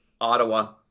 Ottawa